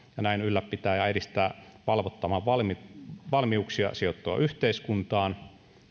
ja näin ylläpitää ja edistää valvottavan valmiuksia sijoittua yhteiskuntaan